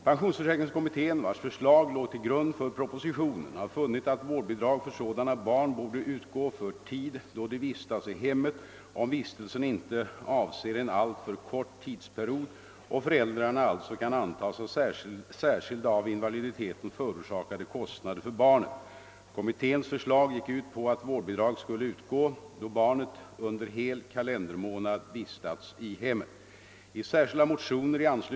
Pensionsförsäkringskommittén, vars förslag låg till grund för propositionen, hade funnit att vårdbidrag för sådana barn borde utgå för tid då de vistas i hemmet, om vistelsen inte avser en alltför kort tidsperiod och föräldrarna alltså kan antas ha särskilda av invaliditeten förorsakade kostnader för barnet. Kommitténs förslag gick ut på att vårdbidrag skulle utgå då barnet under hel kalendermånad vistas i hemmet.